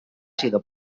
sido